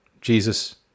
Jesus